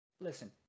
Listen